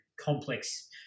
complex